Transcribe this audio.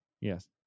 Yes